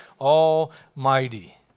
Almighty